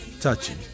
Touching